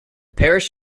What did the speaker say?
parish